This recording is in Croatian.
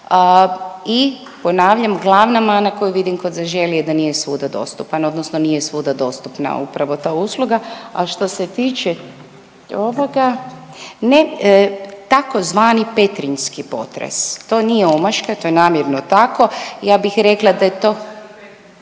I ponavljam, glavna mana koju vidim kod „Zaželi“ je da nije svuda dostupan odnosno nije svuda dostupna upravo ta usluga. A što se tiče ovoga ne, tzv. petrinjski potres, to nije omaška, to je namjerno tako. Ja bih rekla da je